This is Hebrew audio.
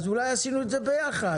אז אולי עשינו את זה ביחד.